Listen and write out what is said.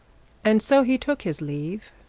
and so he took his leave,